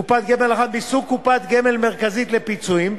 מסוג קופת גמל מרכזית לפיצויים,